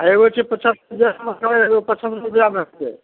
आ एगो छै पचास पचासमे सए आ एगो पचपन रुपैआमे छै